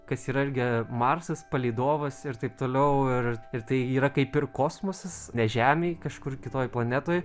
kas yra irgi marsas palydovas ir taip toliau ir ir tai yra kaip ir kosmosas ne žemėj kažkur kitoj planetoj